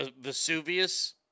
Vesuvius